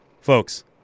Folks